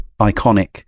iconic